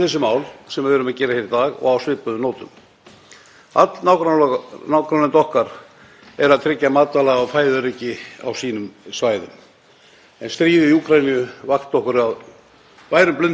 Stríðið í Úkraínu vakti okkur af værum blundi með það. Danskir bændur hafa hætt við 7% minnkun framleiðslu á korni til að tryggja nægt framboð af korni í landinu á næsta ári.